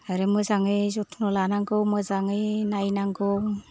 आरो मोजाङै जथ्न लानांगौ मोजाङै नायनांगौ